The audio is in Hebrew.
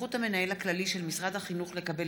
סמכות המנהל הכללי של משרד החינוך לקבל